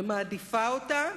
ומעדיפה אותה,